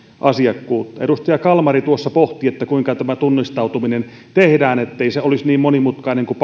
asiakkuutta edustaja kalmari tuossa pohti kuinka tämä tunnistautuminen tehdään niin ettei se olisi niin monimutkainen kuin